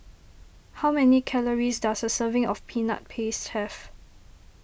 how many calories does a serving of Peanut Paste have